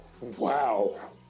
Wow